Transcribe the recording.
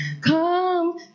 Come